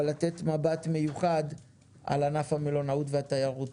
אבל לתת מבט מיוחד על ענף המלונאות והתיירות.